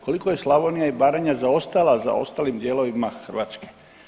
Koliko je Slavnija i Baranja zaostala za ostalim dijelovima Hrvatske.